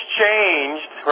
changed